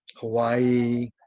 Hawaii